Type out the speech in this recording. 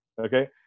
okay